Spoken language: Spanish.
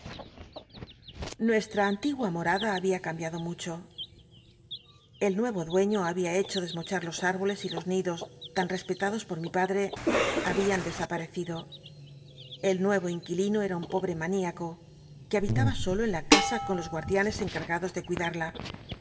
nucstt'a antigua morada había cambiado mucho el nuc o dueño había hecho desmochar lo il'bolcs y los nidos tan respetados por mi padte habían desaparecido el nuc'o inquilino era un pobre man iaco que habitaba solo en la casa con los guardianes cnc wgados de cuidada